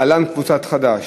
להלן: קבוצת סיעת חד"ש.